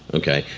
okay.